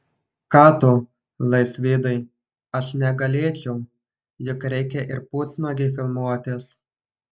ką tu laisvydai aš negalėčiau juk reikia ir pusnuogei filmuotis